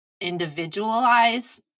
individualize